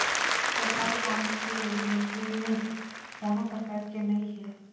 सरकारी बांड के लेहे में कोनो परकार के नइ हे